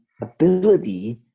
ability